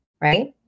right